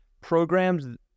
programs